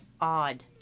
odd